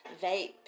vape